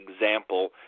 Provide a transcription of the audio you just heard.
example